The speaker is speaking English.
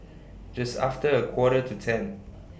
Just after A Quarter to ten